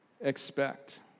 expect